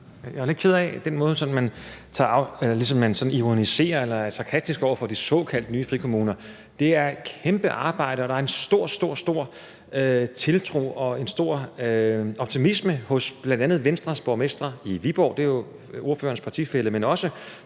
Jeg er lidt ked af den måde, som man ligesom ironiserer over eller er sarkastisk over for de såkaldte nye frikommuner på. Det er et kæmpe arbejde, og der er en stor, stor tiltro til det og en stor optimisme hos bl.a. Venstres borgmester i Viborg – det er jo ordførerens partifælle – men også